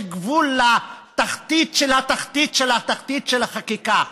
יש גבול לתחתית של התחתית של התחתית של החקיקה.